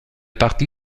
partie